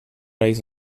days